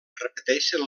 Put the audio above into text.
repeteixen